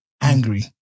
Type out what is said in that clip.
angry